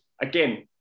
again